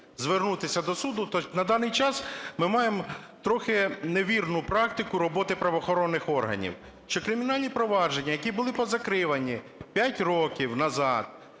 звернутися до суду, то на даний час ми маємо трохи невірну практику роботи правоохоронних органів. Чи кримінальні провадження, які були позакривані 5 років назад,